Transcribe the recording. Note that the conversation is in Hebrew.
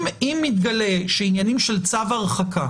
אם יתגלה שעניינים של צו הרחקה